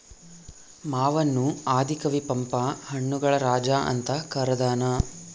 ಮಾವನ್ನು ಆದಿ ಕವಿ ಪಂಪ ಹಣ್ಣುಗಳ ರಾಜ ಅಂತ ಕರದಾನ